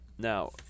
Now